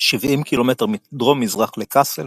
70 ק"מ מדרום-מזרח לקאסל